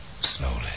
Slowly